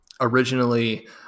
originally